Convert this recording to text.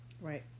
Right